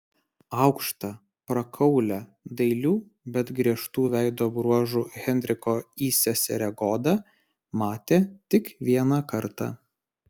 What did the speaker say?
aukštą prakaulią dailių bet griežtų veido bruožų henriko įseserę goda matė tik vieną kartą